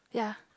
yeah